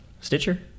Stitcher